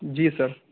جی سر